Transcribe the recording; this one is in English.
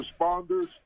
responders